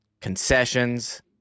concessions